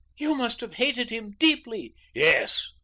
you must have hated him deeply yes.